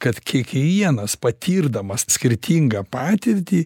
kad kiekvienas patirdamas skirtingą patirtį